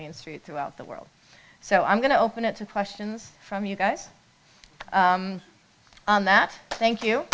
mainstreet throughout the world so i'm going to open it to questions from you guys on that thank you